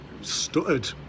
stuttered